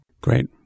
Great